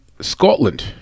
Scotland